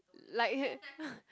like he